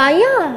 הבעיה,